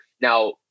Now